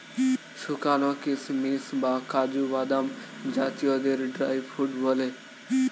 শুকানো কিশমিশ বা কাজু বাদাম জাতীয়দের ড্রাই ফ্রুট বলে